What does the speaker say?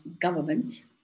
government